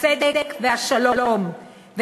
הצדק והשלום, נא לסיים.